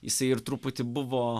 jisai ir truputį buvo